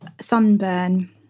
sunburn